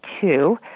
two